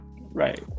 right